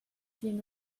seen